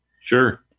sure